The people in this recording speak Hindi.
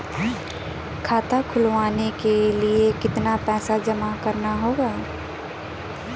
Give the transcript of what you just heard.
खाता खोलने के लिये कितना पैसा जमा करना होगा?